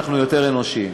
אנחנו יותר אנושיים.